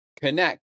connect